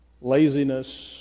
laziness